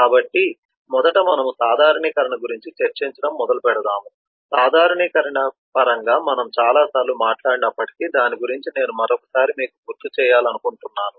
కాబట్టి మొదట మనము సాధారణీకరణ గురించి చర్చించటం మొదలుపెడతాము సాధారణీకరణ పరంగా మనం చాలాసార్లు మాట్లాడినప్పటికీ దాని గురించి నేను మరొకసారి మీకు గుర్తు చేయాలనుకుంటున్నాను